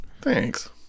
Thanks